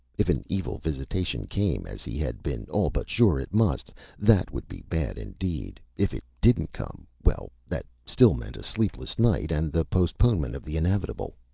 if an evil visitation came as he had been all but sure it must that would be bad, indeed. if it didn't come well that still meant a sleepless night, and the postponement of the inevitable.